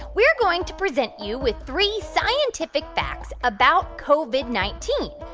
we're going to present you with three scientific facts about covid nineteen.